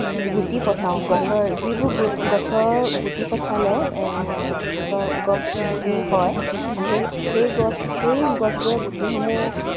গুটি পচাওঁ গছৰ যিবোৰ গছৰ গুটি পচালে কি কয় গছ পুলি হয় সেই সেই গছ সেই গছবোৰৰ গুটিসমূহ